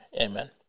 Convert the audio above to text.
Amen